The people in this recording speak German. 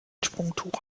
sprungtuch